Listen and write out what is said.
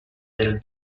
del